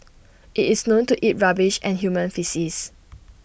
IT is known to eat rubbish and human faeces